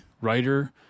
writer